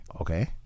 okay